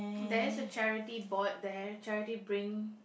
there is a charity board there charity bring